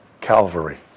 Calvary